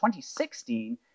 2016